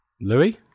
Louis